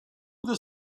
their